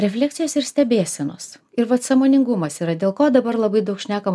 refleksijos ir stebėsenos ir vat sąmoningumas yra dėl ko dabar labai daug šnekam